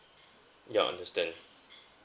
ya understand